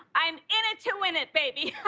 i'm in it to win it, baby.